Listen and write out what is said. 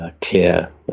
clear